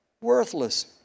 worthless